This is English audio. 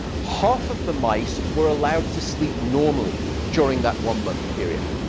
half of the mice were allowed to sleep normally during that one-month period.